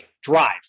drive